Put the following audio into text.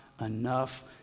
enough